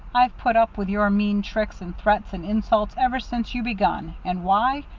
i've put up with your mean tricks and threats and insults ever since you begun and why?